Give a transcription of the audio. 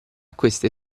queste